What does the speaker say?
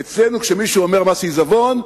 אצלנו, כשמישהו אומר "מס עיזבון",